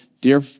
dear